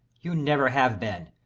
you never have been.